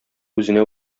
үзенә